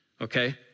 okay